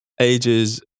ages